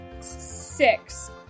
six